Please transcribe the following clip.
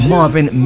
Marvin